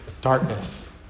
darkness